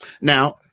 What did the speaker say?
Now